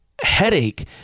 Headache